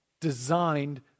designed